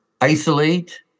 Isolate